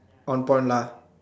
on point lah